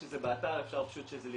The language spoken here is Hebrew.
יש את זה באתר,